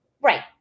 Right